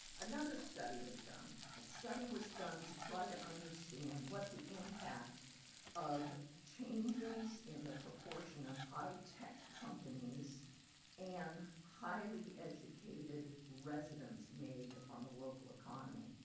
another study was done. a study was done to try to understand what the impact of changes in the proportion of high-tech companies and highly educated residents made on the local economy.